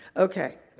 okay.